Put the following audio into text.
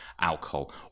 alcohol